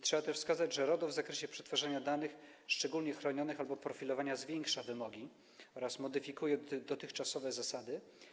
Trzeba też wskazać, że RODO w zakresie przetwarzania danych szczególnie chronionych albo profilowania zwiększa wymogi oraz modyfikuje dotychczasowe zasady.